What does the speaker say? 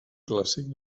clàssic